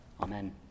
amen